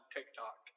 TikTok